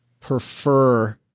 prefer